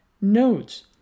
nodes